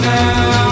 now